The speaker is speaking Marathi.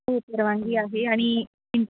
हो परवानगी आहे आणि